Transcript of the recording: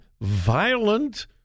violent